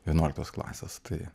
vienuoliktos klasės tai